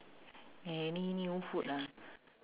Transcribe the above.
any new food ah